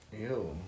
Ew